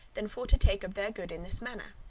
than for to take of their good in this manner.